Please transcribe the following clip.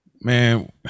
Man